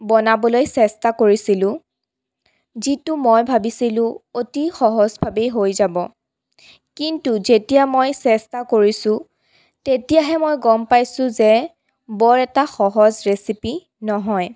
বনাবলৈ চেষ্টা কৰিছিলো যিটো মই ভাবিছিলো অতি সহজভাৱেই হৈ যাব কিন্তু যেতিয়া মই চেষ্টা কৰিছো তেতিয়াহে মই গ'ম পাইছো যে বৰ এটা সহজ ৰেচিপি নহয়